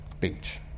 beach